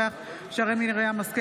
אינו נוכח שרן מרים השכל,